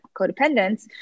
codependence